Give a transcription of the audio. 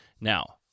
Now